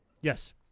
Yes